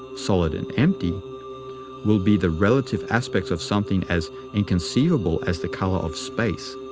solid and empty will be the relative aspects of something as inconceivable as the color of space.